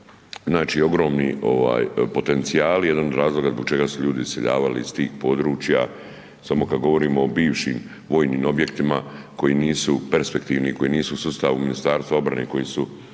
znači ogromni potencijali, jedan od razloga zbog čega su ljudi iseljavali iz tih područja, samo kad govorimo o bivšim vojnim objektima koji nisu perspektivni, koji nisu u sustavu Ministarstvu obrane, koji su